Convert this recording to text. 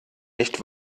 nicht